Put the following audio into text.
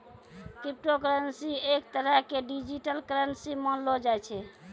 crypto currency एक तरह के डिजिटल करन्सी मानलो जाय छै